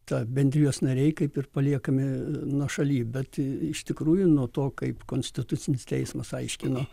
tą bendrijos nariai kaip ir paliekame nuošaly bet iš tikrųjų nuo to kaip konstitucinis teismas aiškino